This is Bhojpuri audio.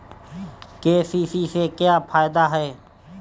के.सी.सी से का फायदा ह?